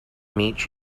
meet